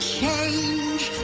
change